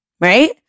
right